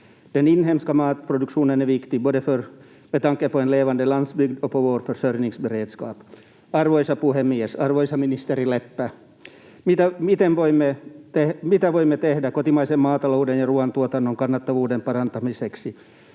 Den inhemska matproduktionen är viktig både med tanke på en levande landsbygd och på vår försörjningsberedskap. Arvoisa puhemies! Arvoisa ministeri Leppä! Mitä voimme tehdä kotimaisen maatalouden ja ruuantuotannon kannattavuuden parantamiseksi?